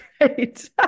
right